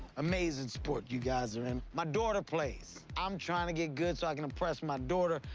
amazing sport you guys are in. my daughter plays. i'm trying to get good so i can impress my daughter.